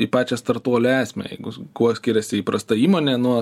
į pačią startuolių esmę jeigu kuo skiriasi įprasta įmonė nuo